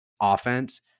offense